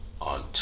on